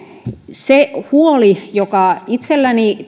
se huoli joka itselläni